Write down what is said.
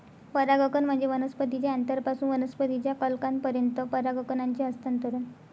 परागकण म्हणजे वनस्पतीच्या अँथरपासून वनस्पतीच्या कलंकापर्यंत परागकणांचे हस्तांतरण